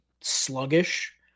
sluggish